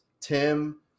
Tim